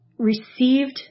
received